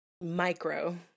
Micro